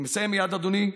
אני מסיים מייד, אדוני.